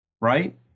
right